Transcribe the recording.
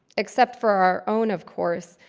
except for our own, of course,